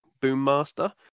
Boommaster